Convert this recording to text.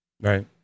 Right